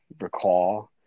recall